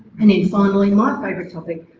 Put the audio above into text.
and then finally my favorite topic,